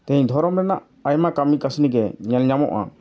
ᱛᱮᱦᱤᱧ ᱫᱷᱚᱨᱚᱢ ᱨᱮᱱᱟᱜ ᱟᱭᱢᱟ ᱠᱟᱹᱢᱤ ᱠᱟᱹᱥᱱᱤ ᱜᱮ ᱧᱮᱞ ᱧᱟᱢᱚᱜᱼᱟ